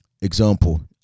example